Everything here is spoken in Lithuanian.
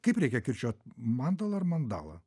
kaip reikia kirčiuot mandala ar mandala